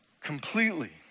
completely